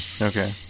Okay